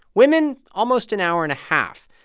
women almost an hour and a half.